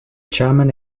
german